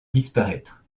disparaître